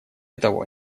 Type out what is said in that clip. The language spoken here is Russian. того